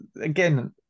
Again